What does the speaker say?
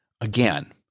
Again